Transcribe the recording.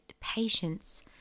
patience